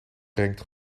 brengt